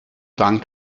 dank